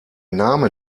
name